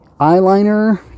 eyeliner